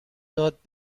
داد